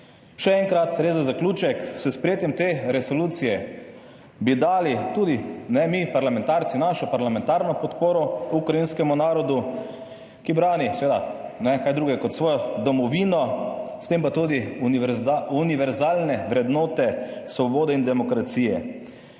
Še enkrat res za zaključek, s sprejetjem te resolucije bi dali tudi, ne, mi parlamentarci našo parlamentarno podporo ukrajinskemu narodu, ki brani seveda ne kaj drugega kot svojo domovino, s tem pa tudi univerzalne vrednote svobode in demokracije.